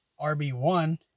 RB1